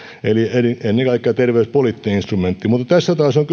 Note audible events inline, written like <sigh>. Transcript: eli eli ennen kaikkea terveyspoliittinen instrumentti mutta tässä taas on <unintelligible>